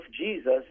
Jesus